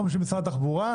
אנחנו משלמים למשרד התחבורה.